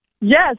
Yes